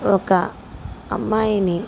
ఒక అమ్మాయిని